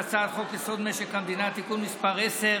את הצעת חוק-יסוד: משק המדינה (תיקון מס' 10